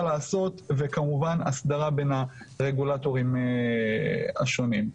לעשות וכמובן הסדרה בין הרגולטורים השונים.